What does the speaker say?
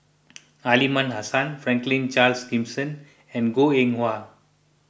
Aliman Hassan Franklin Charles Gimson and Goh Eng Wah